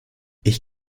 ich